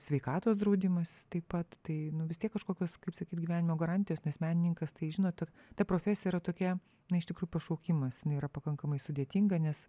sveikatos draudimas taip pat tai vis tiek kažkokios kaip sakyt gyvenimo garantijos nes menininkas tai žino ta ta profesija yra tokia na iš tikrųjų pašaukimas jinai yra pakankamai sudėtinga nes